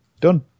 done